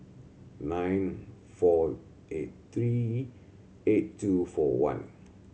nine four eight three eight two four one